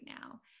now